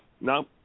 No